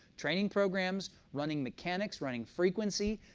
training programs, running mechanics, running, frequency.